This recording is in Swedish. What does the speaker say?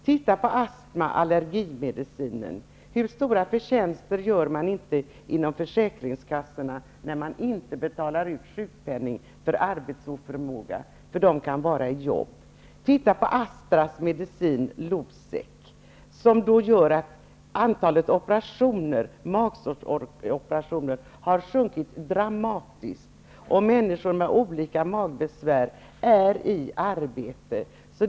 Se på astma och allerigimedicinen. Hur stora förtjänster gör man inte inom försäkringskassorna genom att inte behöva betala ut sjukpenning för arbetsoförmåga, eftersom människor kan vara i arbete? Se på Astras medicin Losec, som har gjort att antalet magsårsoperationer har sjunkit dramatiskt, och som medfört att människor med olika magbesvär är i arbete.